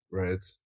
right